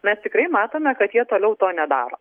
mes tikrai matome kad jie toliau to nedaro